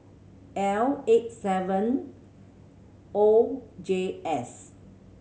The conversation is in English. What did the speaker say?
L eight seven O J S